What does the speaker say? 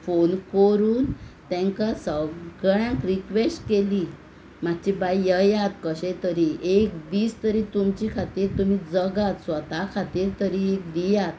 phone कोरून तांकां सगळ्यांक रिक्वॅश केली मातशी बाय ययात कशेंय तरी एक दीस तरी तुमचे खातीर तुमी जगात स्वता खातीर तरी एक दियात